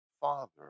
Father